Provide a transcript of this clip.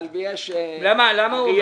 אבל אריאל